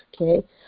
okay